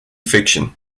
fiction